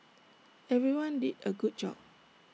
everyone did A good job